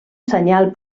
senyal